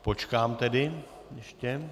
Počkám tedy ještě.